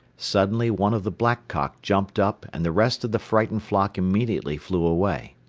suddenly one of the blackcock jumped up and the rest of the frightened flock immediately flew away.